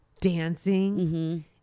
dancing